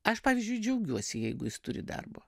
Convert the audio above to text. aš pavyzdžiui džiaugiuosi jeigu jis turi darbo